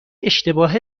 اشتباه